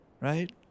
right